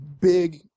big